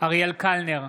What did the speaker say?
אריאל קלנר,